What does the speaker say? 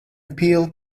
appeal